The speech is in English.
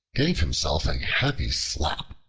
gave himself a heavy slap.